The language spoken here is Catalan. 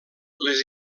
les